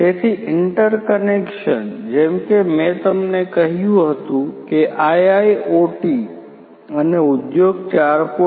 તેથી ઇન્ટરકનેક્શન જેમ કે મેં તમને કહ્યું હતું કે IIoT અને ઉદ્યોગ 4